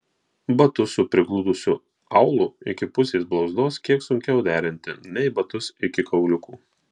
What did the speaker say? batus su prigludusiu aulu iki pusės blauzdos kiek sunkiau derinti nei batus iki kauliukų